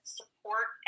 support